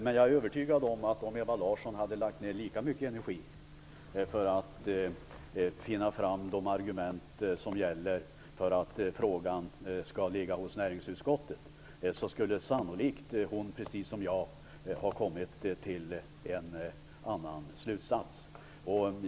Men jag är övertygad om att Ewa Larsson, om hon hade lagt ner lika mycket energi på att finna fram till de argument som gäller för att frågan skall ligga hos näringsutskottet, precis som jag skulle ha dragit en annan slutsats. Fru talman!